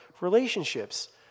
relationships